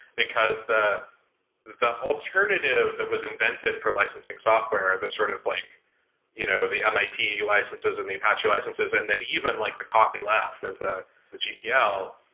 because the the alternative that was invented for licensing software, the sort of like you know the mit licenses, and the apache licenses, and then even like the copy left of the the gpl.